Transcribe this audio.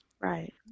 right